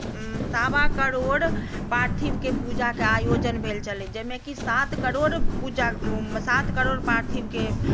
सवा करोड़ पार्थिवके पूजाके आयोजन भेल छलय जाहिमे सात करोड़ पूजाके सात करोड़ पार्थिवके